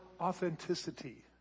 authenticity